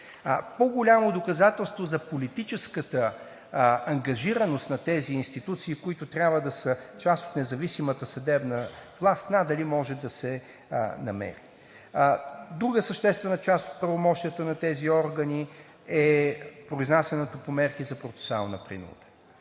По-голямо доказателство за политическата ангажираност на тези институции, които трябва да са част от независимата съдебна власт, надали може да се намери. Друга съществена част от правомощията на тези органи, е произнасянето по мерки за процесуална принуда.